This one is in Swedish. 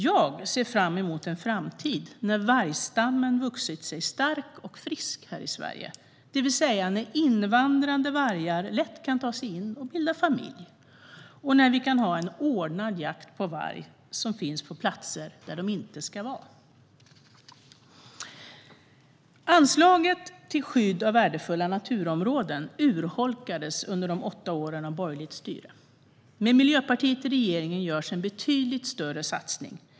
Jag ser fram emot en framtid där vargstammen vuxit sig stark och frisk i Sverige, det vill säga där invandrande vargar lätt kan ta sig in och bilda familj och där vi kan ha en ordnad jakt på varg som finns på platser där de inte ska vara. Fru talman! Anslaget till skydd av värdefulla naturområden urholkades under de åtta åren av borgerligt styre. Med Miljöpartiet i regeringen görs en betydligt större satsning.